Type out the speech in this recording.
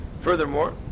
furthermore